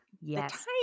yes